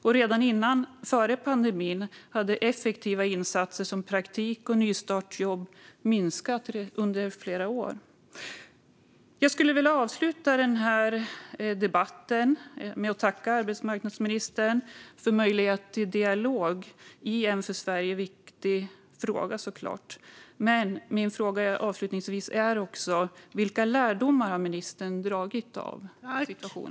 Redan före pandemin hade effektiva insatser som praktik och nystartsjobb minskat under flera år. Låt mig avsluta debatten med att tacka arbetsmarknadsministern för möjligheten till dialog i en för Sverige viktig fråga. Jag avslutar med att fråga: Vilka lärdomar har ministern dragit av denna situation?